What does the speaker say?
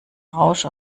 rausch